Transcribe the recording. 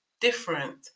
different